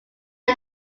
are